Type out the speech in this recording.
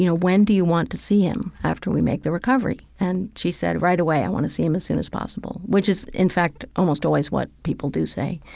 you know when do you want to see him after we make the recovery? and she said, right away. i want to see him as soon as possible. which is, in fact, almost always what people do say.